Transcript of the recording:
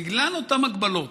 בגלל אותן הגבלות,